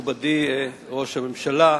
מכובדי ראש הממשלה,